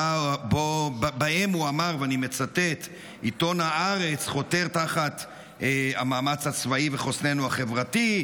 שבהם הוא אמר: "עיתון הארץ חותר תחת המאמץ הצבאי וחוסננו החברתי,